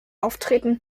auftreten